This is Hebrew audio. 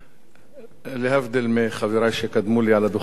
להבדיל מחברי שקדמו לי על הדוכן,